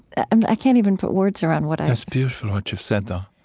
and i can't even put words around what i that's beautiful, what you've said, though,